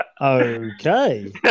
Okay